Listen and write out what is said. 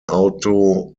auto